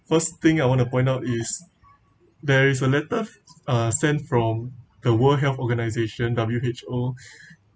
first thing I want to point out is there is a letter uh sent from the world health organisation W_H_O